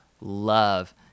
love